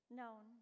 known